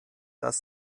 das